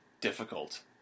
difficult